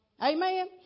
Amen